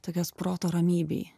tokios proto ramybei